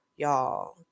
Y'all